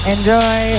Enjoy